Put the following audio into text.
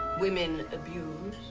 women abused